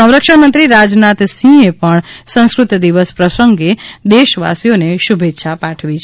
સંરક્ષણ મંત્રી રાજનાથ સિંહે પણ સંસ્કૃત દિવસ પ્રસંગે દેશવાસીઓને શુભેચ્છાઓ પાઠવી છે